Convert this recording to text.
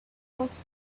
was